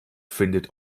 findet